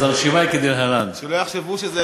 אז הרשימה היא כדלהלן: שלא יחשבו שזה,